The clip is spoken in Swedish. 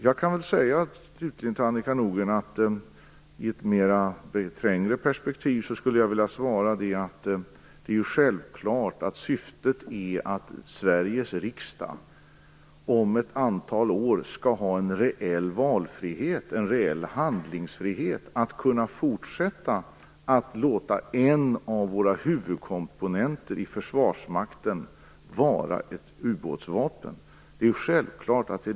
Till Annika Nordgren vill jag säga att syftet i ett trängre perspektiv självfallet är att Sveriges riksdag, om ett antal år, skall ha en reell valfrihet, en reell handlingsfrihet, när det gäller att kunna fortsätta att låta en av våra huvudkomponenter i Försvarsmakten vara ett ubåtsvapen. Det handlar självfallet om det.